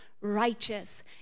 righteous